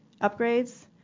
upgrades